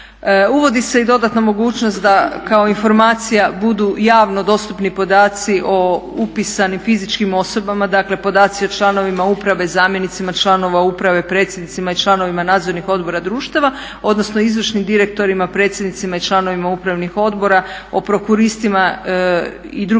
Uvodi se i dodatna mogućnost da kao informacija budu javno dostupni podaci o upisanim fizičkim osobama, dakle podaci o članovima uprave, zamjenicima članova uprave, predsjednicima i članovima Nadzornih odbora društava odnosno izvršnim direktorima, predsjednicima i članovima upravnih odbora o prokuristima i drugim članovima